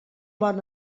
bon